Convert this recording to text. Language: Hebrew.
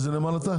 מאיזה נמל אתה?